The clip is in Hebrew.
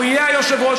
הוא יהיה היושב-ראש.